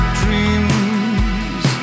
dreams